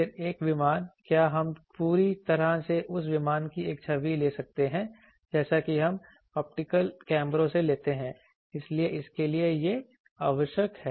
फिर एक विमान क्या हम पूरी तरह से उस विमान की एक छवि ले सकते हैं जैसा कि हम ऑप्टिकल कैमरों से लेते हैं इसलिए इसके लिए यह आवश्यक है